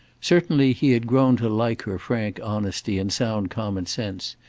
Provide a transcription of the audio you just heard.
certainly he had grown to like her frank honesty and sound common sense,